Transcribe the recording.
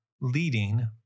leading